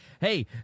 Hey